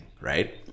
right